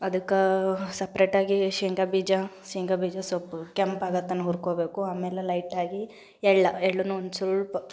ಅದಕ್ಕೆ ಸಪ್ರೇಟಾಗಿ ಶೇಂಗಾ ಬೀಜ ಶೇಂಗಾ ಬೀಜ ಸಲ್ಪ್ ಕೆಂಪಾಗೊ ತನಕ ಹುರ್ಕೊಬೇಕು ಆಮೇಲೆ ಲೈಟಾಗಿ ಎಳ್ಳು ಎಳ್ಳನೂ ಒಂದು ಸಲ್ಪ